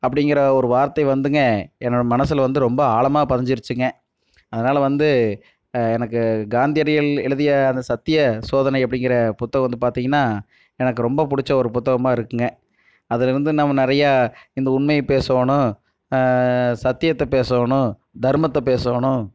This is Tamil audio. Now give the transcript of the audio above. அப்படிங்கிற ஒரு வார்த்தை வந்துங்க என்னோடய மனசில் வந்து ரொம்ப ஆழமாக பதிஞ்சிருச்சுங்க அதனால் வந்து எனக்கு காந்தியடிகள் எழுதிய அந்த சத்திய சோதனை அப்படிங்கிற புத்தகம் வந்து பார்த்தீங்கன்னா எனக்கு ரொம்ப பிடிச்ச ஒரு புத்தகமாக இருக்குங்க அதில் வந்து நம்ம நிறையா இந்த உண்மையை பேசணும் சத்தியத்தை போசணும் தர்மத்தை பேசணும்